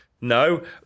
no